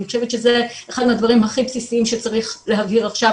אני חושבת שזה אחד מהדברים הכי בסיסיים שצריך להבהיר עכשיו,